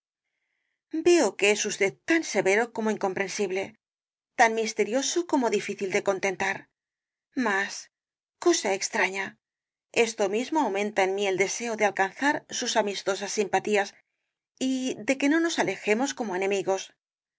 o que es usted tan severo como incomprensible tan misterioso como difícil de contentar mas cosa extraña esto mismo aumenta en mí el deseo de alcanzar sus amistosas simpatías y de que no nos alejemos como enemigos